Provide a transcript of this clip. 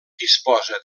disposa